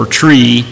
tree